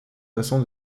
façons